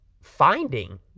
finding